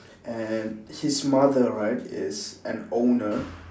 and his mother right is an owner